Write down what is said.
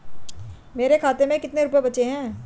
मेरे खाते में कितने रुपये बचे हैं?